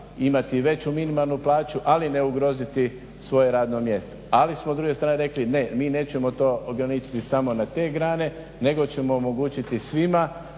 imati veću minimalnu plaću ali ne ugroziti svoje radno mjesto. Ali smo s druge strane rekli ne, mi nećemo to ograničiti samo na te grane nego ćemo omogućiti svima